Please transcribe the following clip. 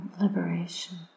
liberation